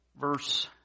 verse